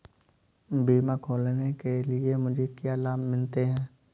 बीमा खोलने के लिए मुझे क्या लाभ मिलते हैं?